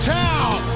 town